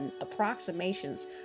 approximations